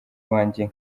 iwanjye